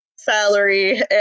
salary